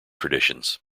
traditions